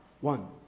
one